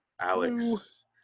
Alex